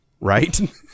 right